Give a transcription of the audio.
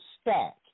stack